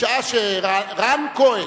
רן כהן,